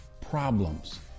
problems